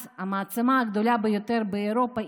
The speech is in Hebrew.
אז המעצמה הגדולה ביותר באירופה,